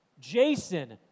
Jason